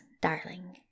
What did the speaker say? darling